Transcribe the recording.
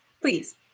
please